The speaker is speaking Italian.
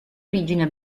origine